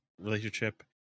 relationship